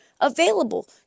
Available